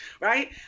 Right